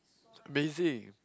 amazing